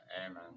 Amen